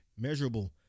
measurable